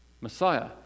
Messiah